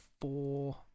four